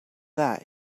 that